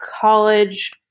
college